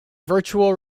virtual